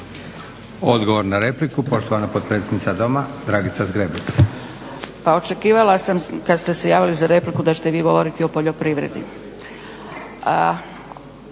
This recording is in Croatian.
Odgovor na repliku, poštovana potpredsjednica Doma, Dragica Zgrebec. **Zgrebec, Dragica (SDP)** Očekivala sam kad ste se javili za repliku da ćete vi govoriti o poljoprivredi.